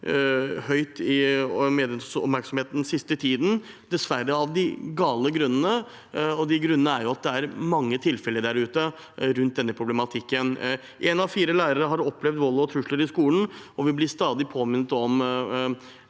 høyt i medienes oppmerksomhet den siste tiden, dessverre av de gale grunnene. De grunnene er at det er mange tilfeller der ute med denne problematikken. Én av fire lærere har opplevd vold og trusler i skolen, og vi blir stadig påminnet